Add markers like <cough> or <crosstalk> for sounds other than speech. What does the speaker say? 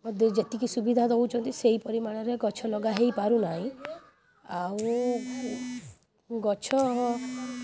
<unintelligible> ଯେତିକି ସୁବିଧା ଦେଉଛନ୍ତି ସେହି ପରିମାଣରେ ଗଛ ଲଗା ହୋଇପାରୁନାହିଁ ଆଉ ଗଛ